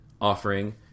offering